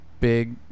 big